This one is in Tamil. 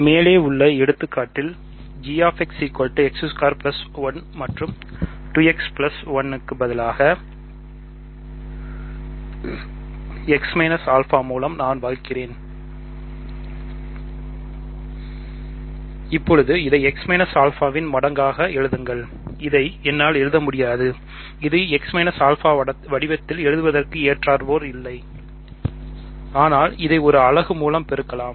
மேலே உள்ள எடுத்துக்காட்டில் g ஆக எழுதப்படலாம்